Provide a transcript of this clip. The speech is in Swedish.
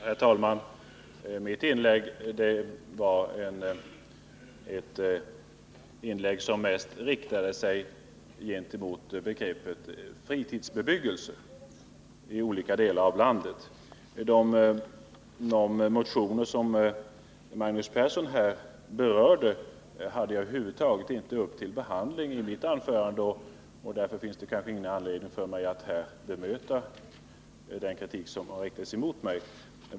Herr talman! I mitt inlägg talade jag mest om begreppet fritidsbebyggelse i olika delar av landet. De motioner som Magnus Persson nämnde berörde jag över huvud taget inte i mitt anförande. Därför finns det inte heller någon anledning att bemöta den kritik som han riktade mot mig.